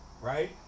right